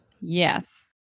Yes